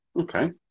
Okay